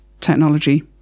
technology